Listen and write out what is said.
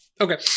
Okay